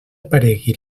aparegui